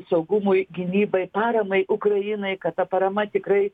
saugumui gynybai paramai ukrainai kad ta parama tikrai